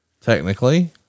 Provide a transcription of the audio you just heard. Technically